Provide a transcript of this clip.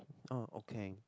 oh okay